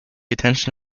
attention